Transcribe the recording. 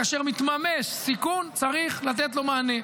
כאשר מתממש סיכון, צריך לתת לו מענה.